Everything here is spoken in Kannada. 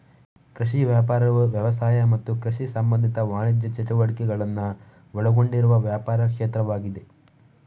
ಕೃಷಿ ವ್ಯಾಪಾರವು ವ್ಯವಸಾಯ ಮತ್ತು ಕೃಷಿ ಸಂಬಂಧಿತ ವಾಣಿಜ್ಯ ಚಟುವಟಿಕೆಗಳನ್ನ ಒಳಗೊಂಡಿರುವ ವ್ಯಾಪಾರ ಕ್ಷೇತ್ರವಾಗಿದೆ